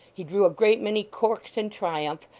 he drew a great many corks in triumph,